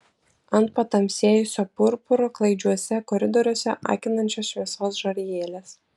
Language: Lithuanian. ant patamsėjusio purpuro klaidžiuose koridoriuose akinančios šviesos žarijėlės